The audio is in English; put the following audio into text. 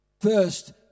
first